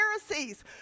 Pharisees